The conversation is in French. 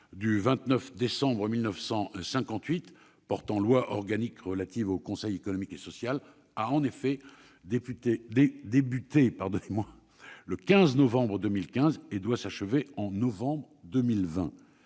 du 29 décembre 1958 portant loi organique relative au Conseil économique et social, ce mandat a débuté le 15 novembre 2015 et doit s'achever au mois de novembre 2020.